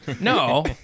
No